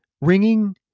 ringing